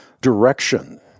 direction